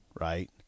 right